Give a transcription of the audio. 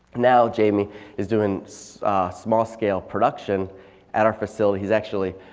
now jamie is doing small scale production at our facility. he's actually